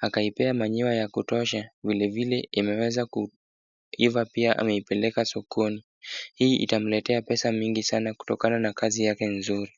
akaipea manure ya kutosha, vilevile imeweza kuiva pia ameipeleka sokoni. Hii itamletea pesa mingi sana kutokana na kazi yake nzuri.